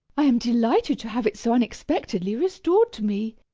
i am delighted to have it so unexpectedly restored to me.